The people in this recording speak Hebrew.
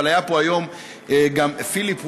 אבל היה פה היום גם פיליפ ויירז,